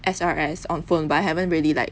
SRS on phone but I haven't really like